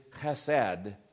chesed